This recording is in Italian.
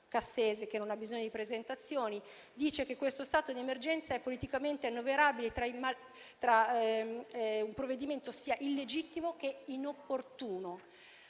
Cassese, che non ha bisogno di presentazioni, dice che questo stato d'emergenza è politicamente annoverabile tra i provvedimenti illegittimi e inopportuni.